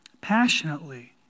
passionately